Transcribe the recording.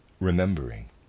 remembering